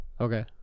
okay